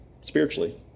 Spiritually